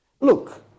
Look